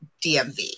DMV